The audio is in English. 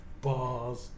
bars